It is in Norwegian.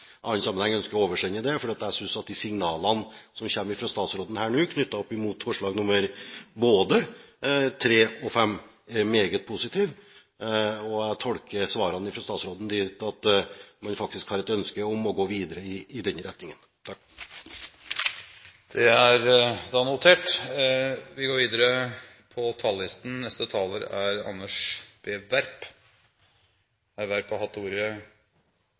ønsker å oversende det. Jeg synes at de signalene som kommer fra statsråden nå knyttet opp mot både forslag nr. 3 og forslag nr. 5, er meget positive. Og jeg tolker svarene fra statsråden dit hen at man faktisk har et ønske om å gå videre i denne retningen. Jeg ba om en kort merknad. På bakgrunn av signalene som er blitt gitt i debatten, ønsker Høyre at forslag nr. 5 – hvis det er tilslutning til